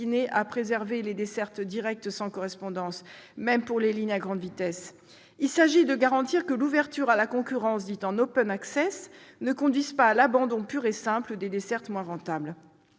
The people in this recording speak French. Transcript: à préserver les dessertes directes sans correspondance, même pour les lignes à grande vitesse. Il s'agit de garantir que l'ouverture à la concurrence dite « en » ne conduise pas à l'abandon pur et simple des dessertes moins rentables.